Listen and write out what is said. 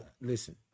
listen